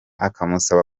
akamusaba